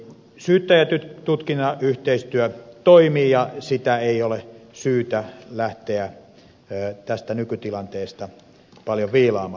eli syyttäjän ja tutkinnan yhteistyö toimii ja sitä ei ole syytä lähteä tästä nykytilanteesta paljon viilaamaan